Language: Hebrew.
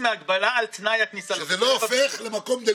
אוקיי.